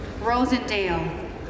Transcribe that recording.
Rosendale